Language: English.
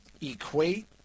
Equate